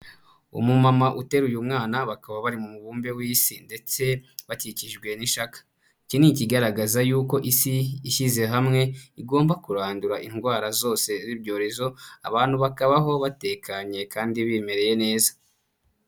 Umumama uteruye umwana, bakaba bari mu mubumbe w'Isi ndetse bakikijwe n'ishaka. Iki ni ikigaragaza yuko Isi ishyize hamwe, igomba kurandura indwara zose z'ibyorezo, abantu bakabaho batekanye kandi bimereye neza.